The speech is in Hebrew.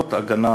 לרבות הגנה